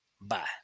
Bye